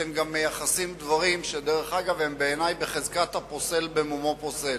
אתם גם מייחסים דברים שבעיני הם בחזקת הפוסל במומו פוסל.